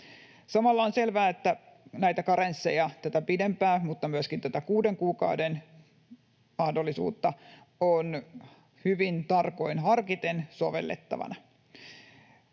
Samalla on selvää, että näitä karensseja, tätä pidempää mutta myöskin tätä 6 kuukauden mahdollisuutta, on sovellettava